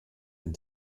den